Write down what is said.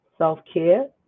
Self-care